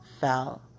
fell